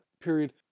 period